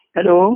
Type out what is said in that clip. Hello